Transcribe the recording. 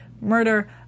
murder